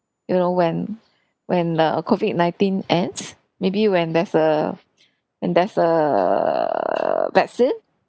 you know when when uh COVID nineteen ends maybe when there's a and there's err vaccine